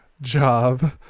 job